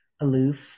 aloof